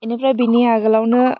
एनिफ्राय बिनि आगोलयावनो